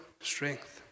strength